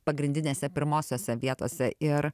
pagrindinėse pirmosiose vietose ir